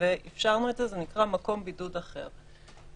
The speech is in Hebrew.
נקרא מקום בידוד אחר.